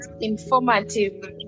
informative